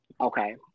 okay